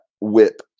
whip